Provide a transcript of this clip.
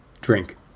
drink